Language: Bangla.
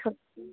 সত্যি